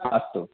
अस्तु